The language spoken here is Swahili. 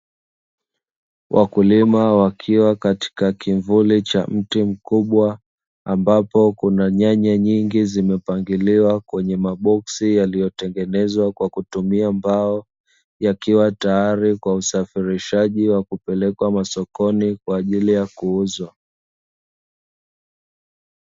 Wakulima wakiwa katika kivuli cha mti mkubwa, ambapo kuna nyanya nyingi zimepangiliwa kwenye maboksi yaliyotengenezwa kwa kutumia mbao, yakiwa tayari kwa usafirishaji wa kupelekwa masokoni kwa ajili ya kuuzwa.